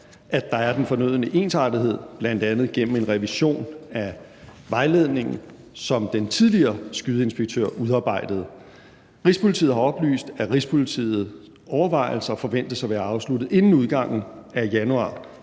at der er den fornødne ensartethed, bl.a. gennem en revision af vejledningen, som den tidligere skydeinspektør udarbejdede. Rigspolitiet har oplyst, at Rigspolitiets overvejelser forventes at være afsluttet inden udgangen af januar